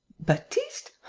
baptiste.